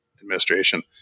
administration